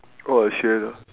oh a trailer